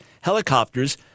helicopters